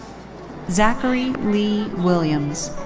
zachary lee williams.